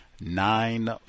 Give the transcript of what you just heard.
nine